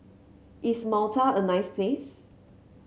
is Malta a nice place